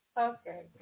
Okay